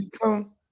come